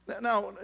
Now